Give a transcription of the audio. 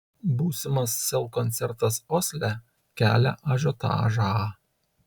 būsimas sel koncertas osle kelia ažiotažą